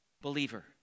believer